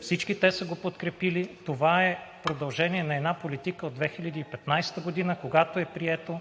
Всички те са го подкрепили! Това е продължение на една политика от 2015 г., когато е прието,